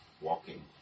walking